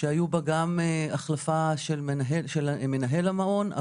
שהיו בה גם החלפה מנהל המעון,